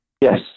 Yes